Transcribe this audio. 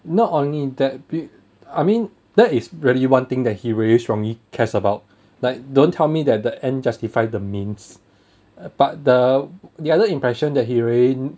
not only that be~ I mean that is really one thing that he really strongly cares about like don't tell me that the end justify the means but the the other impression that he really